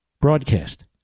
broadcast